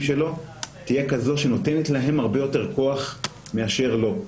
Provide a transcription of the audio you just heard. שלו תהיה כזו שנותנת להם הרבה יותר כוח מאשר לו.